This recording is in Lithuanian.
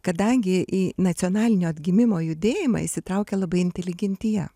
kadangi į nacionalinio atgimimo judėjimą įsitraukė labai inteligentija